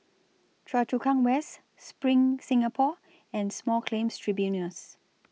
Choa Chu Kang West SPRING Singapore and Small Claims Tribunals